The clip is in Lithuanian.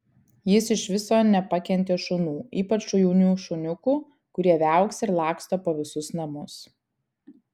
jis iš viso nepakentė šunų ypač jaunų šuniukų kurie viauksi ir laksto po visus namus